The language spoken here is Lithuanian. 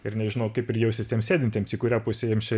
ir nežinau kaip ir jaustis tiems sėdintiems į kurią pusę jiems čia